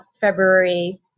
February